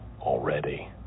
already